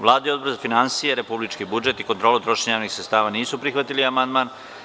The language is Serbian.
Vlada i Odbor za finansije, republički budžet i kontrolu trošenja javnih sredstava nisu prihvatili amandman.